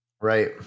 Right